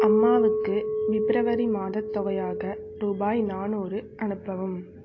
அம்மாவுக்கு பிப்ரவரி மாதத் தொகையாக ரூபாய் நாநூறு அனுப்பவும்